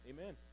Amen